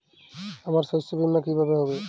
আমার শস্য বীমা কিভাবে হবে?